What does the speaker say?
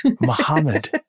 Muhammad